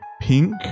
pink